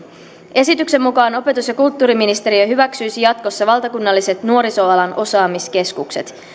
esityksen mukaan opetus ja kulttuuriministeriö hyväksyisi jatkossa valtakunnalliset nuorisoalan osaamiskeskukset